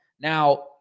Now